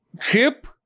chip